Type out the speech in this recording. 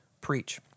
preach